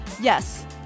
Yes